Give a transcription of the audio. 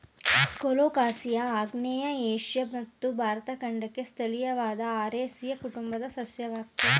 colocasia ಆಗ್ನೇಯ Asia ಮತ್ತು ಭಾರತ ಖಂಡಕ್ಕೆ ಸ್ಥಳೀಯವಾದ ಅರೇಸಿಯ ಕುಟುಂಬದ ಸಸ್ಯವಾಗಯ್ತೆ